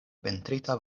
pentrita